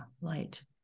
Light